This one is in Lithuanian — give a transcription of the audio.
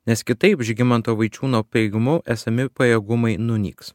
nes kitaip žygimanto vaičiūno teigimu esami pajėgumai nunyks